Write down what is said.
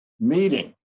meeting